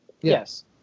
Yes